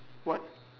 what